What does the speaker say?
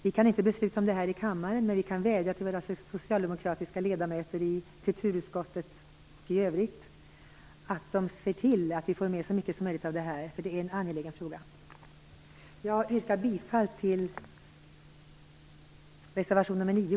Vi kan inte besluta om det här i kammaren, men vi kan vädja till våra socialdemokratiska ledamöter i kulturutskottet och i övrigt att de ser till att vi får med så mycket som möjligt. Det är en angelägen fråga. Jag yrkar bifall till reservation nr 9.